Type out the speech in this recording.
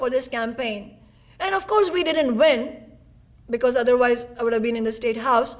for this campaign and of course we didn't when because otherwise i would have been in the state house